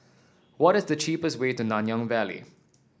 what is the cheapest way to Nanyang Valley